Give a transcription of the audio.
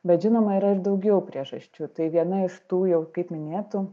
bet žinoma yra ir daugiau priežasčių tai viena iš tų jau kaip minėtų